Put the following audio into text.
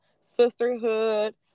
sisterhood